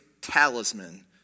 talisman